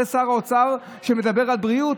זה שר אוצר שמדבר על בריאות?